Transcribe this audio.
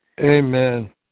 Amen